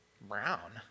Brown